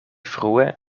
frue